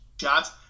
shots